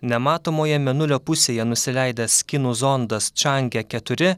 nematomoje mėnulio pusėje nusileidęs kinų zondas change keturi